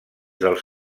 dels